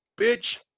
bitch